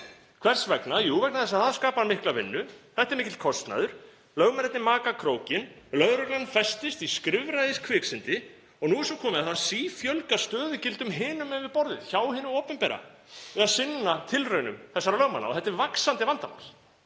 Hvers vegna? Jú, vegna þess að það skapar mikla vinnu. Þetta er mikill kostnaður. Lögmennirnir maka krókinn, lögreglan festist í skrifræðiskviksyndi og nú er svo komið að það sífjölgar stöðugildum hinum megin við borðið hjá hinu opinbera við að sinna tilraunum þessara lögmanna. Og þetta er vaxandi vandamál.